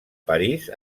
parís